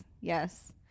Yes